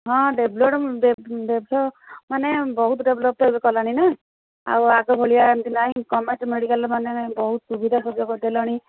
ହଁ ମାନେ ବହୁତ ଡେଭଲପ୍ ତ ଏବେ କଲାଣି ନା ଆଉ ଆଗ ଭଳିଆ ଏମିତି ନାହିଁ ଗଭର୍ଣ୍ଣମେଣ୍ଟ୍ ମେଡ଼ିକାଲ୍ ମାନେ ବହୁତ ସୁବିଧା ସୁଯୋଗ ଦେଲାଣି